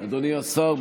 אדוני השר,